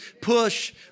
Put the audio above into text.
push